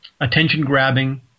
attention-grabbing